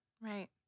Right